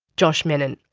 josh mennen.